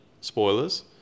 spoilers